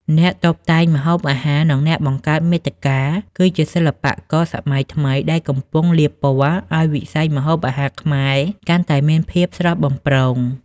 អ្នកតុបតែងម្ហូបអាហារ និងអ្នកបង្កើតមាតិកា គឺជាសិល្បករសម័យថ្មីដែលកំពុងលាបពណ៌ឱ្យវិស័យម្ហូបអាហារខ្មែរកាន់តែមានភាពស្រស់បំព្រង។